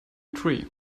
tree